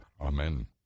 amen